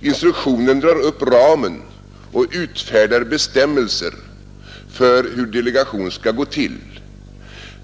Instruktionen drar upp ramen och utfärdar bestämmelser för hur delegation skall gå till.